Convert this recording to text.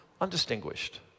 undistinguished